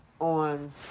on